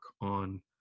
on